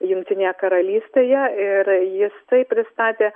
jungtinėje karalystėje ir jis tai pristatė